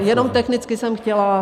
Jenom technicky jsem chtěla